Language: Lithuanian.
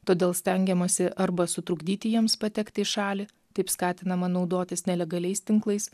todėl stengiamasi arba sutrukdyti jiems patekti į šalį taip skatinama naudotis nelegaliais tinklais